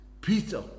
Peter